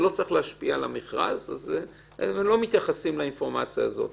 זה לא צריך להשפיע על המכרז - הם לא מתייחסים לאינפורמציה הזאת.